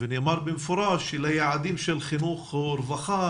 ונאמר במפורש שליעדים של חינוך ורווחה